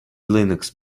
linux